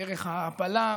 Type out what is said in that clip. דרך ההעפלה,